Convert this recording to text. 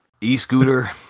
E-scooter